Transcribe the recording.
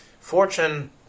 Fortune